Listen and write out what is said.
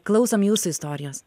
klausom jūsų istorijos